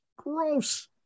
Gross